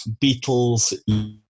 Beatles